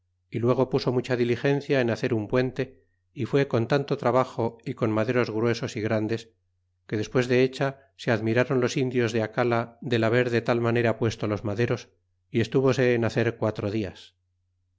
y luego puso mucha diligencia en hacer un puente y fué con tanto trabajo y con maderos gruesos y grandes que despues de hecha se admiráron los indios de acata del haber de tal manera puesto los maderos y estúvose en hacer quatro días